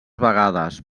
vegades